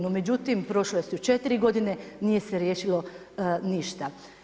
No međutim, prošle su 4 godine, nije se riješilo ništa.